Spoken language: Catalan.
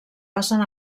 passen